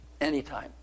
anytime